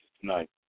tonight